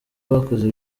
bakoze